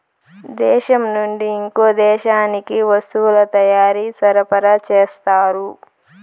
దేశం నుండి ఇంకో దేశానికి వస్తువుల తయారీ సరఫరా చేస్తారు